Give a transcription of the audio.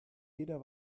jeder